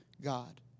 God